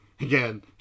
Again